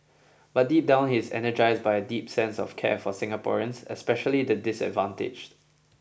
but deep down he is energized by a deep sense of care for Singaporeans especially the disadvantaged